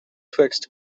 twixt